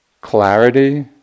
clarity